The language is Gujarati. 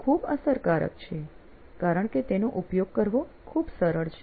તે ખૂબ અસરકારક છે કારણ કે તેનો ઉપયોગ કરવો ખૂબ સરળ છે